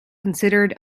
considered